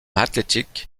athletic